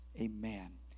Amen